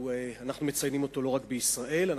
אנחנו מציינים אותו לא רק בישראל,